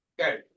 Okay